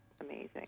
amazing